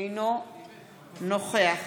אינו נוכח